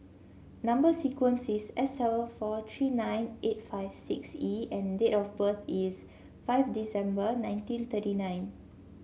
number sequence is S seven four three nine eight five six E and date of birth is five December nineteen thirty nine